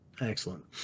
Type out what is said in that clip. Excellent